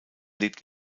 lebt